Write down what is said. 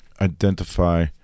Identify